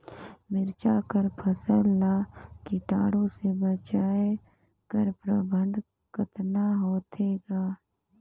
मिरचा कर फसल ला कीटाणु से बचाय कर प्रबंधन कतना होथे ग?